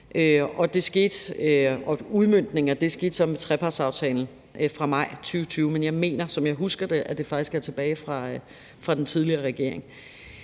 af aftalen skete så med trepartsaftalen fra maj 2020, men som jeg husker det, er det faktisk tilbage fra den tidligere regering.